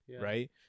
Right